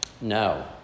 No